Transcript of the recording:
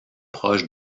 proche